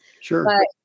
Sure